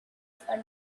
for